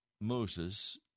Moses